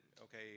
okay